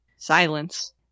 Silence